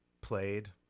played